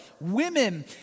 women